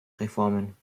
reformen